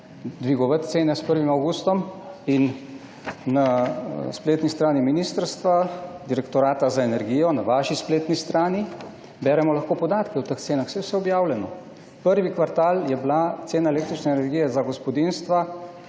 dvigovati cene s 1. avgustom. Na spletni strani ministrstva, Direktorata za energijo, na vaši spletni strani beremo lahko podatke o teh cenah. Saj je vse objavljeno. V prvem kvartalu letošnjega leta je bila cena električne energije za gospodinjstva